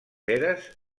eres